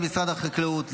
עם משרד החקלאות,